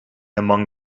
among